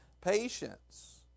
Patience